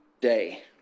day